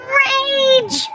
rage